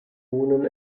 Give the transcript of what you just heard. wohnen